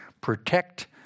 Protect